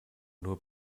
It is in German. nur